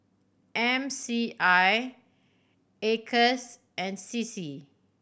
M C I Acres and C C